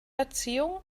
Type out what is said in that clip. erziehung